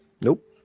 Nope